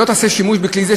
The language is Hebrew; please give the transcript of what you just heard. ולא תעשה שימוש בכלי זה,